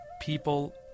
people